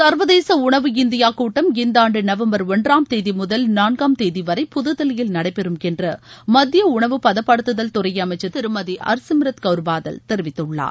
சர்வதேச உணவு இந்தியா கூட்டம் இந்த ஆண்டு நவம்பர் ஒன்றாம் தேதி முதல் நான்காம் தேதிவரை புத்தில்லியில் நடைபெறும் என்று மத்திய உணவு பதப்படுத்துதல் துறை அமைச்சர் திருமதி ஹர்சிம்ரத் கவுர் பாதல் தெரிவித்துள்ளார்